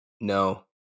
no